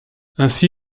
ainsi